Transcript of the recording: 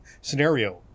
scenario